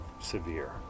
severe